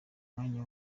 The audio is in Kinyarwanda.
mwanya